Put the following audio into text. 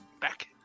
Back